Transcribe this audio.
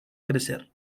crecer